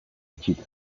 itxita